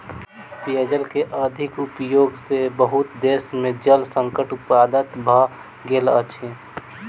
पेयजल के अधिक उपयोग सॅ बहुत देश में जल संकट उत्पन्न भ गेल अछि